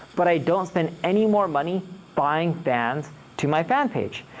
but i don't spend any more money buying fans to my fan page.